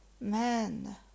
men